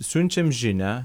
siunčiam žinią